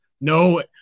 no